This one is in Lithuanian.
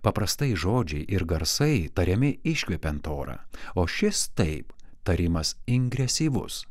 paprastai žodžiai ir garsai tariami iškvepiant orą o šis taip tarimas ingresivus